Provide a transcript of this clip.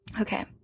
Okay